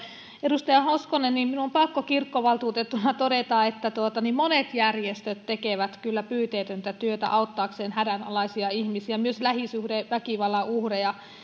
edustaja hoskonen minun on pakko kirkkovaltuutettuna todeta että monet järjestöt tekevät kyllä pyyteetöntä työtä auttaakseen hädänalaisia ihmisiä myös lähisuhdeväkivallan uhreja